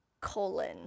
colon